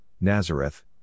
Nazareth